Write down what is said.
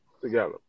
together